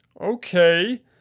Okay